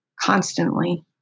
constantly